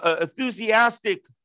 enthusiastic